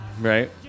Right